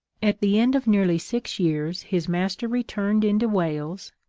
at the end of nearly six years his master returned into wales,